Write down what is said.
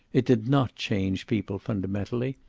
it did not change people fundamentally.